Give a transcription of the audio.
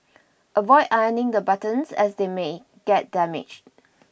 avoid ironing the buttons as they may get damaged